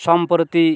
সম্প্রতি